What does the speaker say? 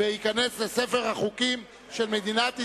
וייכנס לספר החוקים של מדינת ישראל.